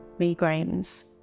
migraines